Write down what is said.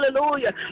Hallelujah